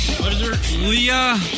Leah